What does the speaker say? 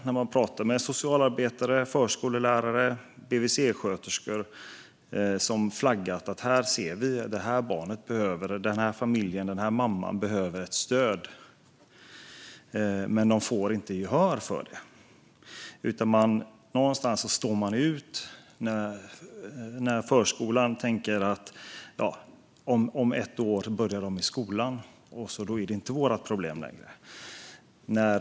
När man pratar med socialarbetare, förskollärare och BVC-sköterskor som har flaggat för att ett barn, en familj eller en mamma behöver stöd får man veta att de inte får gehör. Någonstans står de ut. Förskolan tänker att om ett år börjar barnet i skolan, och då är det inte förskolans problem längre.